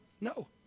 No